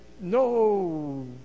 no